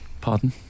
Pardon